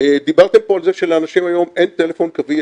דיברתם פה על זה שלאנשים היום אין טלפון קווי,